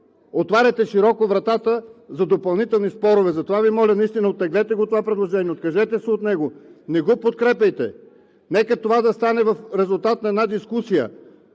отваряте широко вратата за допълнителни спорове. Затова Ви моля – наистина оттеглете това предложение, откажете се от него, не го подкрепяйте. Нека това да стане в резултат на една дискусия.